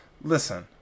Listen